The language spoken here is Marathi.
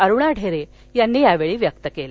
अरुणा ढेरे यांनी यावेळी व्यक्त केलं